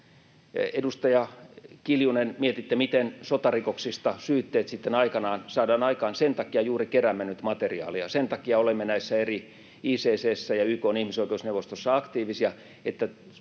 Edustaja Kiljunen, mietitte, miten syytteet sotarikoksista sitten aikanaan saadaan aikaan. Sen takia juuri keräämme nyt materiaalia, sen takia olemme ICC:ssä ja YK:n ihmisoikeusneuvostossa aktiivisia,